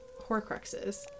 horcruxes